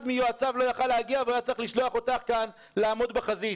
מיועציו לא היה יכול להגיע והוא היה צריך לשלוח אותך כאן לעמוד בחזית.